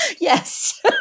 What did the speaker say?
yes